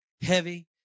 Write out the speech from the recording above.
heavy